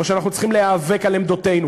או שאנחנו צריכים להיאבק על עמדותינו,